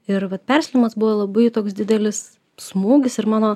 ir vat persodinimas buvo labai toks didelis smūgis ir mano